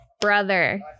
brother